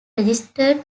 registered